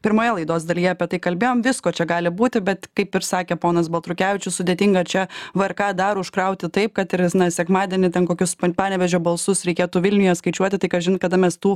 pirmoje laidos dalyje apie tai kalbėjom visko čia gali būti bet kaip ir sakė ponas baltrukevičius sudėtinga čia vrk dar užkrauti taip kad ir na sekmadienį ten kokius panevėžio balsus reikėtų vilniuje skaičiuoti tai kažin kada mes tų